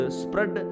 spread